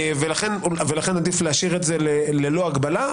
ולכן עדיף להשאיר את זה ללא הגבלה,